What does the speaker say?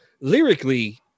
lyrically